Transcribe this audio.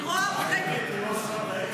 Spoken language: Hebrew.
אני רואה ------ שבי, שבי.